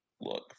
look